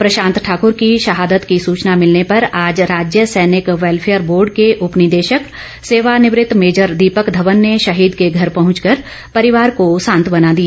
प्रशांत ठाकर की शहादत की सूचना मिलने पर आज राज्य सैनिक वैल्फेयर बोर्ड के उप निदेशक सेवानिवृत मेजर दीपक धवन ने शहीद के घर पहुंचकर परिवार को सांत्वना दी